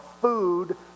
food